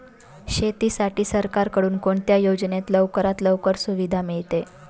शेतीसाठी सरकारकडून कोणत्या योजनेत लवकरात लवकर सुविधा मिळते?